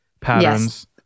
patterns